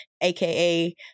aka